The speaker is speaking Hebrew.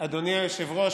אדוני היושב-ראש,